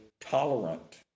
tolerant